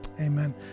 Amen